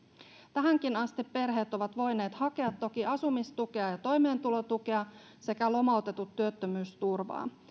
tähänkin asti perheet ovat voineet hakea toki asumistukea ja toimeentulotukea sekä lomautetut työttömyysturvaa